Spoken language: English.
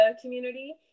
community